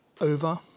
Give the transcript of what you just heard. over